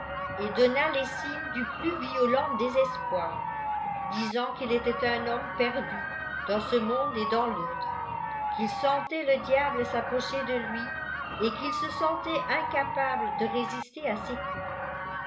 et donna les signes du plus vio leùt désespoir disant qu'il était un homme perdu dans ce monde et dans l'autre qu'il sentait le diable s'approcher de lui etqu il se sentait incapable de résister à ses coups